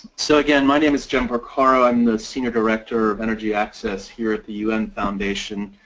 so again, my name is jem porcaro i'm the senior director energy access here at the u n. foundation.